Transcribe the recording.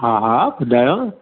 हा हा ॿुधायो